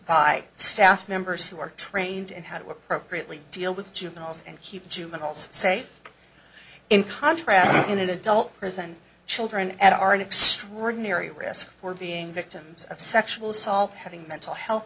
by staff members who are trained in how to appropriately deal with juveniles and keep juveniles say in contrast in adult prison children and are in extraordinary risk for being victims of sexual assault having mental health